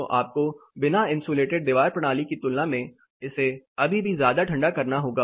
तो आपको बिना इंसुलेटेड दीवार प्रणाली की तुलना में इसे अभी भी ज्यादा ठंडा करना होगा